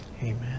Amen